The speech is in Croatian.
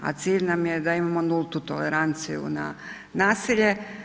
A cilj nam je da imamo nultu toleranciju na nasilje.